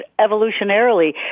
evolutionarily